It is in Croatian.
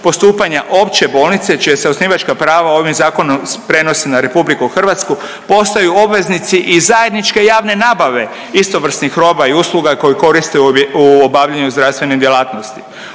postupanja opće bolnice čija se osnivačka prava ovim zakonom prenose na RH postaju obveznici i zajedničke javne nabave istovrsnih roba i usluga koje koriste u obavljanju zdravstvene djelatnosti.